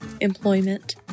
employment